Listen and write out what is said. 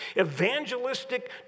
evangelistic